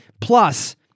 Plus